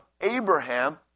Abraham